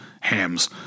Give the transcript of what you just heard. hams